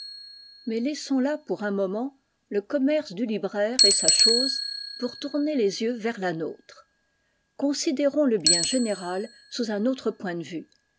mais laissons là pour un moment le commerce du libraire et sa chose pour tourner les yeux vers la nôtre considérons le bien général sous un autre point de vue